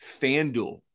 FanDuel